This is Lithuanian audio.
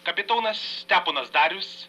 kapitonas steponas darius